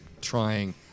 trying